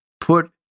put